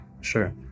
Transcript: Sure